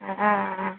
അ ആ ആ